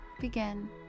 begin